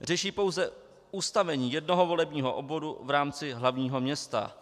Řeší pouze ustavení jednoho volebního obvodu v rámci hlavního města.